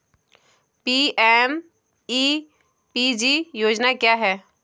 PMEPG योजना क्या है?